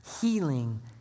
healing